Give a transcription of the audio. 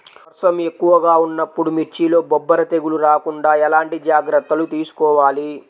వర్షం ఎక్కువగా ఉన్నప్పుడు మిర్చిలో బొబ్బర తెగులు రాకుండా ఎలాంటి జాగ్రత్తలు తీసుకోవాలి?